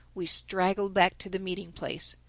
we straggled back to the meeting-place.